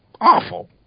awful